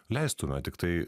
leistume tiktai